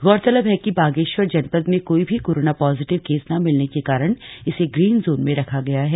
गौरतलब है कि बागेश्वर जनपद में कोई भी कोरोना पाजिटिव केस न मिलने के कारण इसे ग्रीन जोन में रखा गया है